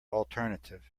alternative